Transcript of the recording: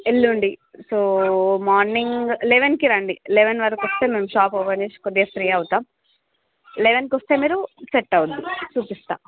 ఎల్లుండి so morning లెవెన్కి రండి లెవెన్ వరకు వస్తే మేము షాప్ ఓపెన్ చేసి కొద్దిగా ఫ్రీ అవుతాం లెవెన్కి వస్తే మీరు సెట్ అవుద్ది చూపిస్తాం